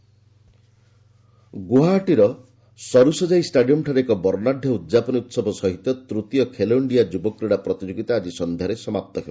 Khelo India ଗୌହାଟୀର ସରୁସଜାଇ ଷ୍ଟାଡିୟମ୍ଠାରେ ଏକ ବର୍ଷ୍ଣାତ୍ୟ ଉଦ୍ଯାପନୀ ଉହବ ସହିତ ତୂତୀୟ ଖେଲୋ ଇଣ୍ଡିଆ ଯୁବ କ୍ରିଡ଼ା ପ୍ରତିଯୋଗିତା ଆଜି ସନ୍ଧ୍ୟାରେ ସମାପ୍ତ ହେବ